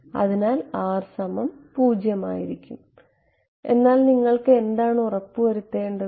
അതിനാൽ R 0 ആയിരിക്കും എന്നാൽ നിങ്ങൾക്ക് എന്താണ് ഉറപ്പുവരുത്തേണ്ടത്